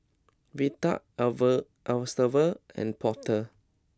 Velda Estevan and Porter